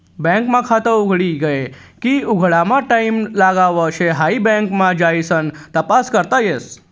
bank मा खात उघडी गये की उघडामा टाईम लागाव शे हाई बँक मा जाइसन तपास करता येस